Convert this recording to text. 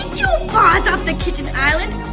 yo paws off the kitchen island.